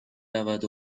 رود